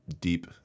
deep